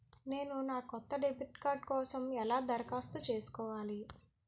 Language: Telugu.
నేను నా కొత్త డెబిట్ కార్డ్ కోసం ఎలా దరఖాస్తు చేసుకోవాలి?